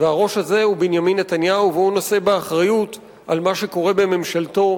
והראש הזה הוא בנימין נתניהו והוא נושא באחריות למה שקורה בממשלתו,